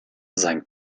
sein